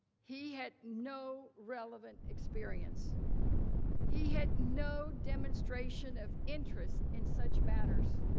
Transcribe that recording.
he had no relevant experience he had no demonstration of interest in such matters.